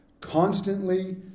constantly